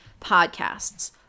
podcasts